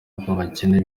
b’abakene